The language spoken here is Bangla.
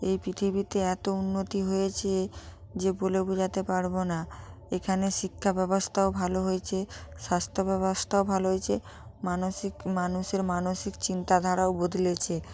এই পৃথিবীতে এত উন্নতি হয়েছে যে বলে বোঝাতে পারব না এখানে শিক্ষা ব্যবস্থাও ভালো হয়েছে স্বাস্থ্য ব্যবস্থাও ভালো হয়েছে মানসিক মানুষের মানসিক চিন্তাধারাও বদলেছে